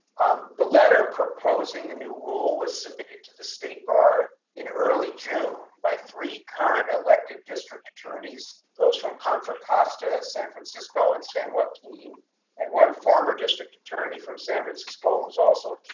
the letter proposing a new rule was submitted to the state bar in early june by three current elected district attorneys those from contra costa san francisco and san joaquin and one former district attorney for san francisco's also